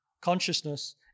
consciousness